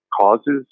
causes